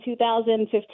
2015